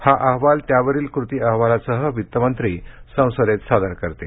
हा अहवाल त्यावरील कृती अहवालासह वित्त मंत्री संसदेत सादर करतील